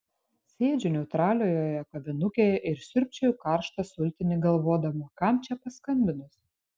sėdžiu neutraliojoje kavinukėje ir siurbčioju karštą sultinį galvodama kam čia paskambinus